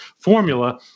formula